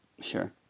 Sure